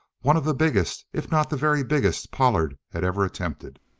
one of the biggest, if not the very biggest, pollard had ever attempted.